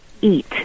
EAT